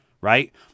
right